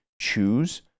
choose